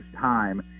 time